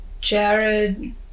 Jared